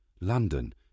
London